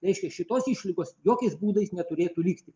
reiškia šitos išlygos jokiais būdais neturėtų likti